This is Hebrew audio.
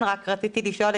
גם אם זה לא יהיה און-ליין,